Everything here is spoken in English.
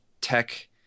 tech